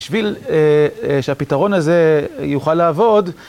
בשביל שהפתרון הזה יוכל לעבוד.